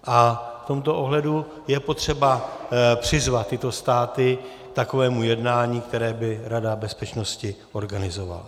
A v tomto ohledu je potřeba přizvat tyto státy k takovému jednání, které by Rada bezpečnosti organizovala.